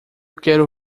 quero